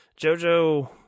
JoJo